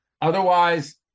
Otherwise